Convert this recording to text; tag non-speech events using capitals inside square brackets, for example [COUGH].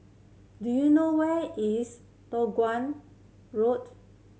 do you know where is [UNINTELLIGIBLE] Road